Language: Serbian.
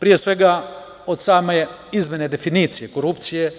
Pre svega, od same izmene definicije korupcije